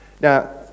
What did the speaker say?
Now